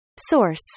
Source